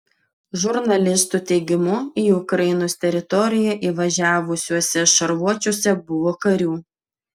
žurnalistų teigimu į ukrainos teritoriją įvažiavusiuose šarvuočiuose buvo karių